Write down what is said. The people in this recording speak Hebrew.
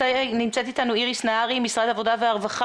נמצאת איתנו איריס נהרי, משרד העבודה והרווחה.